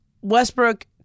Westbrook